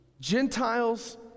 gentiles